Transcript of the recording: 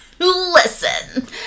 listen